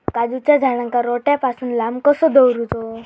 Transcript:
काजूच्या झाडांका रोट्या पासून लांब कसो दवरूचो?